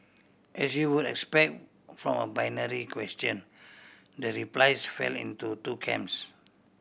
as you would expect from a binary question the replies fell into two camps